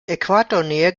äquatornähe